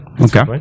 Okay